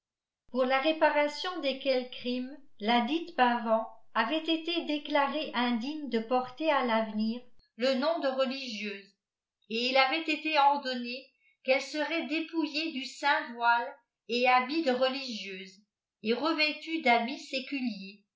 pour la réparation desquels crimes ladite fiavan avait été déclarée indigne de porter à l'avenir le nom de religieuse el il avait été ordonné qu'elle serait dépouillée du saint voile et habit de religieuse et revêtue d'habits